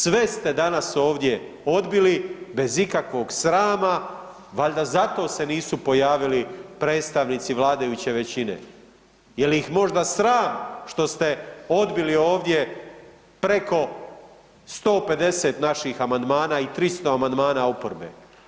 Sve ste danas ovdje odbili bez ikakvog srama, valjda zato se nisu pojavili predstavnici vladajuće većine jer ih je možda sram što ste odbili ovdje preko 150 naših amandmana i 300 amandmana oporbe.